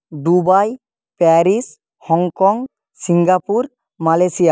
Dubai Paris Hong Kong Singapore Malaysia